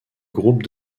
groupes